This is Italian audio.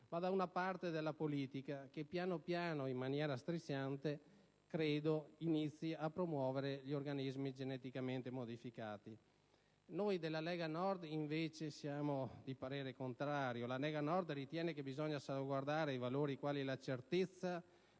ma in una parte della politica che piano piano, in maniera strisciante, credo inizi a promuovere gli organismi geneticamente modificati. Noi della Lega Nord invece siamo di parere contrario. La Lega Nord ritiene che occorra salvaguardare valori quali la certezza